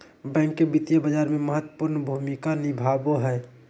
bank वित्तीय बाजार में महत्वपूर्ण भूमिका निभाबो हइ